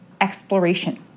exploration